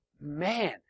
Man